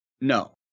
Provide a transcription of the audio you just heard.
no